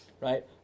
right